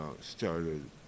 started